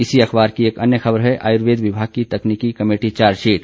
इसी अखबर की एक अन्य खबर है आयुर्वेद विभाग की तकनीकी कमेटी चार्जशीट